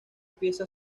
pieza